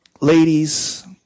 ladies